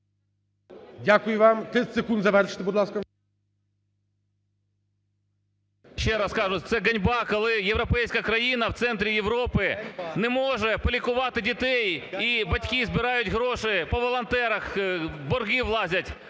Дякую вам. 30 секунд завершити, будь ласка.